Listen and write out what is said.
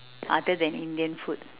other than indian food